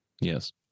Yes